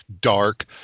dark